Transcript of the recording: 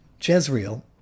Jezreel